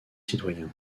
citoyen